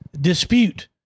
dispute